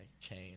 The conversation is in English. chain